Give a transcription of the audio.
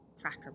cracker